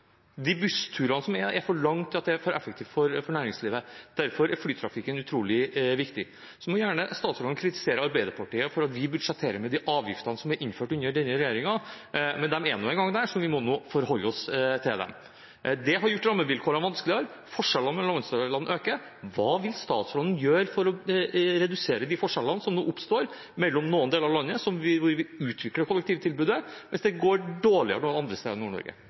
De bussturene som er, er for lange til at det er effektivt for næringslivet. Derfor er flytrafikken utrolig viktig. Så må statsråden gjerne kritisere Arbeiderpartiet for at vi budsjetterer med de avgiftene som er innført under denne regjeringen, men de er nå engang der, så vi må forholde oss til dem. Det har gjort rammevilkårene vanskeligere, forskjellene mellom landsdelene øker. Hva vil statsråden gjøre for å redusere de forskjellene som nå oppstår mellom noen deler av landet, hvor vi utvikler kollektivtilbudet, mens det går dårligere noen andre steder